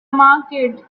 market